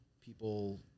people